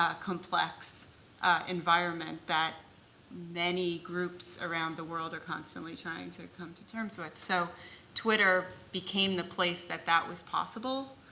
ah complex environment that many groups around the world are constantly trying to come to terms with. so twitter became the place that that was possible.